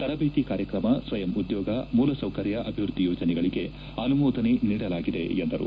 ತರಬೇತಿ ಕಾರ್ಯಕ್ರಮ ಸ್ವಯಂ ಉದ್ಯೋಗ ಮೂಲಸೌಕರ್ಯ ಅಭಿವೃದ್ದಿ ಯೋಜನೆಗಳಿಗೆ ಅನುಮೋದನೆ ನೀಡಲಾಗಿದೆ ಎಂದರು